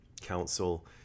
council